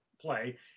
play